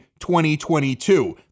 2022